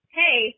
hey